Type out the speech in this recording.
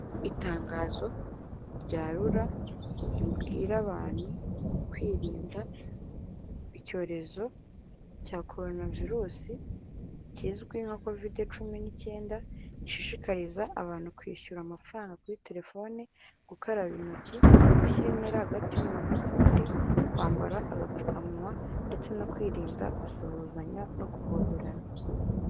Itangazo rya rura ribwira abantu kwirinda icyorezo cya korona virusi kizwi nka kovidi cumi n'icyenda ishishikariza abantu kwishyura amafaranga kuri telefone gukaraba intoki, gushyira intera hagati y'umuntu n'undi, kwambara agapfukamunwa ndetse no kwirinda gusuhuzanya no guhoberana.